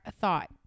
thought